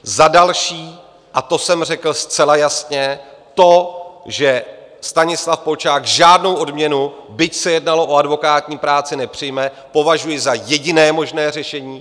Za další, a to jsem řekl zcela jasně, to, že Stanislav Polčák žádnou odměnu, byť se jednalo o advokátní práci, nepřijme, považuji za jediné možné řešení.